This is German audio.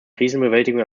krisenbewältigung